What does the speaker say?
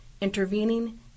intervening